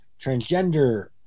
transgender